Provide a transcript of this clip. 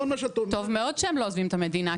טוב מאוד שהם לא עוזבים את המדינה,